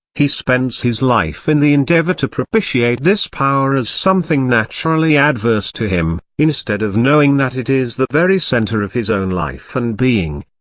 he spends his life in the endeavour to propitiate this power as something naturally adverse to him, instead of knowing that it is the very centre of his own life and being.